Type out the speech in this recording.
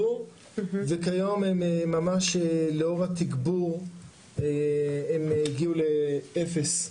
וכיום הם ממש לאור התגבור הם הגיעו לאפס,